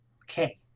Okay